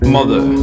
Mother